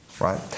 right